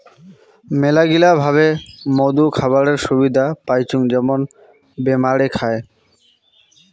মেলাগিলা ভাবে মধু খাবারের সুবিধা পাইচুঙ যেমন বেমারে খায়